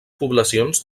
poblacions